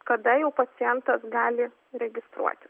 kada jau pacientas gali registruoti